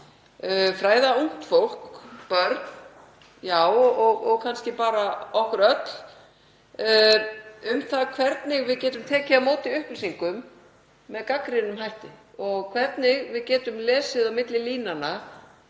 fræða ungt fólk, börn og kannski bara okkur öll, um það hvernig við getum tekið á móti upplýsingum með gagnrýnum hætti og hvernig við getum lesið á milli línanna